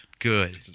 good